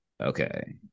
okay